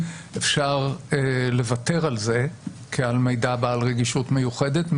שאפשר לוותר על זה כמידע בעל רגישות מיוחדת,